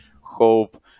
Hope